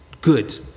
good